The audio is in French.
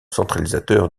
centralisateur